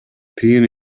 тыйын